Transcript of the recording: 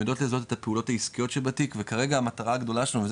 הן יודעות לזהות את הפעולות העסקיות שבתיק וכרגע המטרה הגדולה שלנו וזה